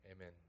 Amen